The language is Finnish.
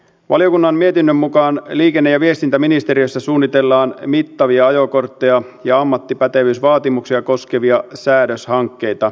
valiokunnan mietinnön mukaan liikenne ja viestintäministeriössä suunnitellaan mittavia ajokortteja ja ammattipätevyysvaatimuksia koskevia säädöshankkeita